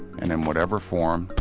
and in whatever form,